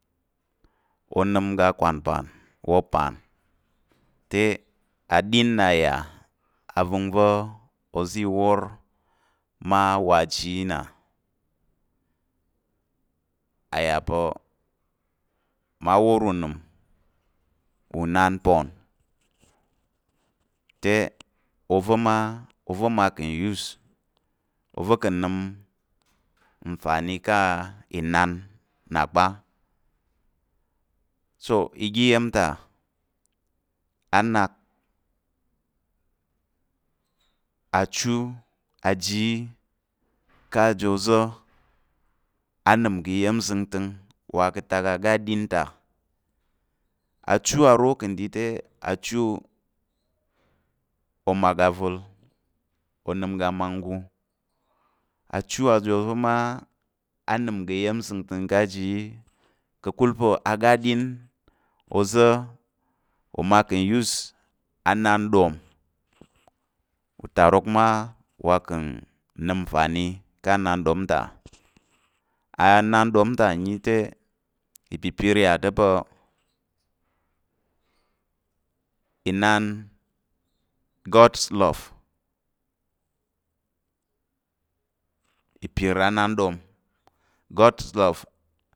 Onəm oga aqan'pan, pa̱ opan te, aɗin nna yà avəngva̱ oza i wor mma wa aji yi na, a yà pa̱ mma wor unəm pa̱ unanpon te, ova̱ mma ova̱ ma ka̱ use, oza̱ ka̱ nəm nfani ka̱ inan na kpa, so oga iya̱m ta a nak achu aji yi ká̱ aji oza̱ a nəm ngga iya̱m nzəngtəng, wa ka̱ atak oga aɗin ta, achu aro ka̱ n ɗi te achu omwagavul onəm oga amangu achu ova̱ ma a nəm ngga iya̱m zəngta̱ng aji yi, ka̱kul pa̱ oga aɗin oza̱ oma ka̱ use anandom, utarok ma uwa kà̱ nəm nfani ka̱ anandom ta, anandom ta ǹnyite, apipir yà ta̱ pa̱ "inan, god's loves, ipir anandom god's loves